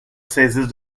saisissent